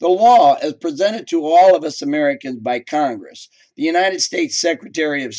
the law is presented to all of us americans by congress the united states secretary of